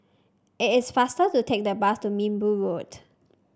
it is faster to take the bus to Minbu Road